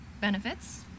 benefits